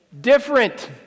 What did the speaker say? different